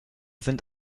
sind